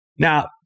Now